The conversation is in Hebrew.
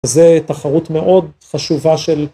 ‫זה תחרות מאוד חשובה של...